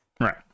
Right